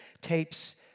tapes